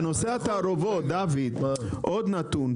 בנושא התערובות, עוד נתון.